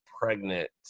pregnant